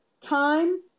time